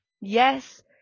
Yes